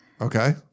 Okay